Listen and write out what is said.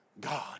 God